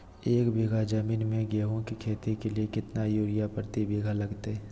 एक बिघा जमीन में गेहूं के खेती के लिए कितना यूरिया प्रति बीघा लगतय?